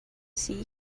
see